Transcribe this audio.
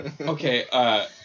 Okay